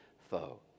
foe